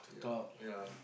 ya ya